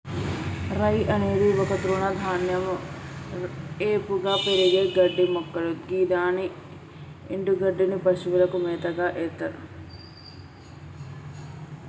రై అనేది ఒక తృణధాన్యం ఏపుగా పెరిగే గడ్డిమొక్కలు గిదాని ఎన్డుగడ్డిని పశువులకు మేతగ ఎత్తర్